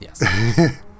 Yes